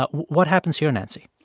but what happens here, nancy?